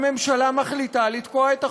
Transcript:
הממשלה מחליטה לתקוע את החוק.